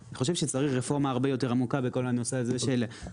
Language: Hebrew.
אני חושב שצריך רפורמה הרבה יותר עמוקה בנושא החלב,